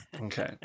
Okay